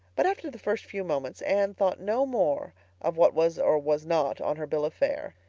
but after the first few moments anne thought no more of what was or was not on her bill of fare.